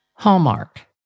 Hallmark